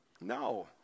No